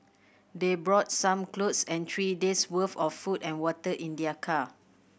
they brought some clothes and three days worth of food and water in their car